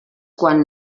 quan